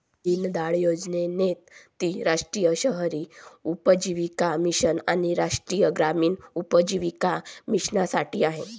दीनदयाळ योजनेत ती राष्ट्रीय शहरी उपजीविका मिशन आणि राष्ट्रीय ग्रामीण उपजीविका मिशनसाठी आहे